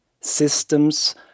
systems